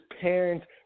parents